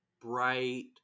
bright